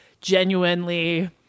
genuinely